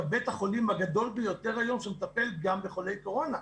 כבית החולים הגדול ביותר היום שמטפל גם בחולי קורונה.